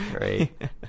right